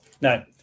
No